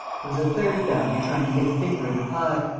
there was a third bounder trying to get a finger in the pie.